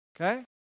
Okay